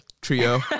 trio